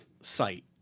site